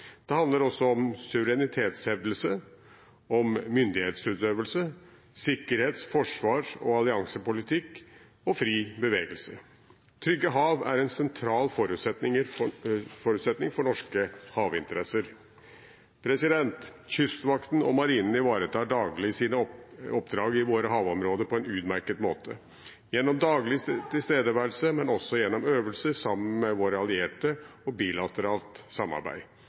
Det handler også om suverenitetshevdelse, om myndighetsutøvelse, om sikkerhets-, forsvars- og alliansepolitikk og om fri bevegelse. Trygge hav er en sentral forutsetning for norske havinteresser. Kystvakten og Marinen ivaretar daglig sine oppdrag i våre havområder på en utmerket måte, gjennom daglig tilstedeværelse, men også gjennom øvelser sammen med våre allierte og gjennom bilateralt samarbeid.